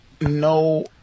no